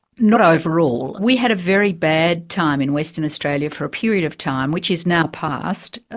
not overall. we had a very bad time in western australia for a period of time, which is now passed,